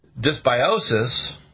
Dysbiosis